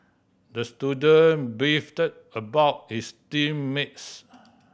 the student beefed about his team mates